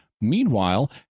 Meanwhile